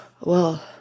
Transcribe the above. well-